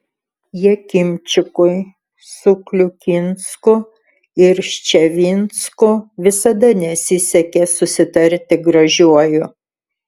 jakimčikui su kliukinsku ir ščavinsku visada nesisekė susitarti gražiuoju